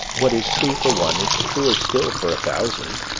what is true for one is truer still for a thousand,